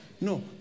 No